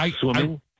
Swimming